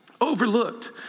overlooked